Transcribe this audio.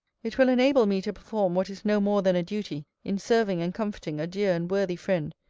it will enable me to perform what is no more than a duty in serving and comforting a dear and worthy friend,